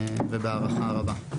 ובהערכה רבה.